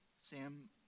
Sam